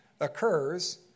occurs